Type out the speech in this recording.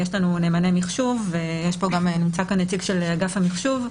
יש לנו נאמני מחשב, ונמצא כאן נציג של אגף המחשוב.